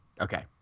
Okay